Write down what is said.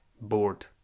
bored